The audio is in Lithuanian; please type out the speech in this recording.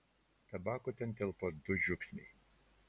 tabako ten telpa du žiupsniai